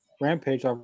Rampage